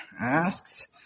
asks